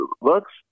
works